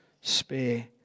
spare